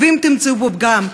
ואם תמצאו בו פגם,